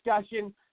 discussion